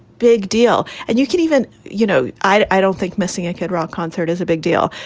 big deal. and you can even you know, i don't think missing a kid rock concert is a big deal,